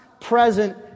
present